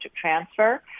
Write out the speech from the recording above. transfer